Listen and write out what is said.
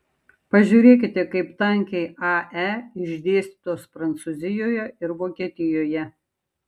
pažiūrėkite kaip tankiai ae išdėstytos prancūzijoje ir vokietijoje